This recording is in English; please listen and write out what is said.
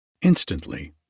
Instantly